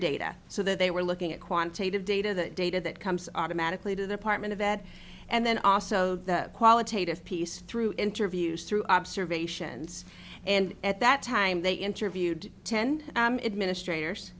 data so that they were looking at quantitative data the data that comes to magically to the apartment of that and then also the qualitative piece through interviews through observations and at that time they interview ten administrators